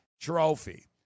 trophy